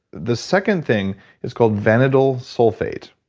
the second thing is called vanadyl sulfate.